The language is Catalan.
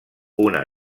una